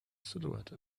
silhouette